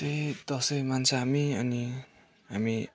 त्यही दसैँ मान्छ हामी अनि हामी